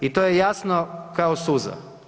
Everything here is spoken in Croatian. I to je jasno kao suza.